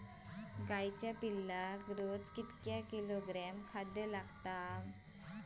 गाईच्या पिल्लाक रोज कितके किलोग्रॅम खाद्य लागता?